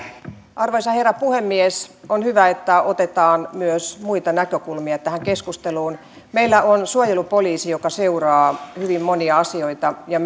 arvoisa herra puhemies on hyvä että otetaan myös muita näkökulmia tähän keskusteluun meillä on suojelupoliisi joka seuraa hyvin monia asioita ja